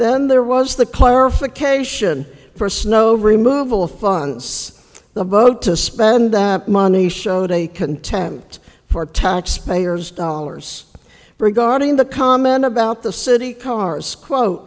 then there was the clarification for snow removal funds the boat to spend that money showed a contempt for taxpayers dollars regarding the comment about the city cars quote